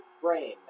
frame